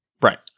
Right